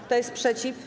Kto jest przeciw?